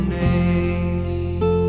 name